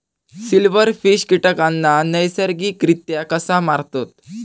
Silverfish कीटकांना नैसर्गिकरित्या कसा मारतत?